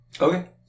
Okay